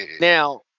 Now